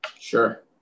Sure